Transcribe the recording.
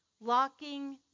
locking